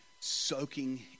soaking